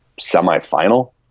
semifinal